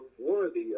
worthy